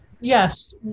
Yes